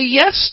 yes